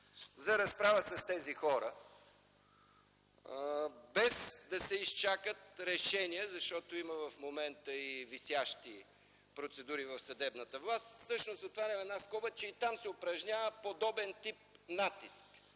за разправа с тези хора без да се изчакат решения, защото в момента има и висящи процедури в съдебната власт. Всъщност, отварям една скоба, че и там се упражнява подобен тип натиск